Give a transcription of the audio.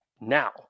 Now